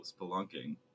spelunking